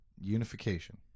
unification